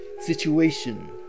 situation